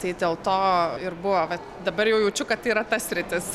tai dėl to ir buvo vat dabar jau jaučiu kad yra ta sritis